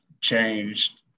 changed